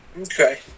Okay